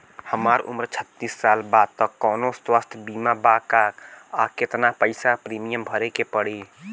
हमार उम्र छत्तिस साल बा त कौनों स्वास्थ्य बीमा बा का आ केतना पईसा प्रीमियम भरे के पड़ी?